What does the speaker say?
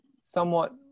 somewhat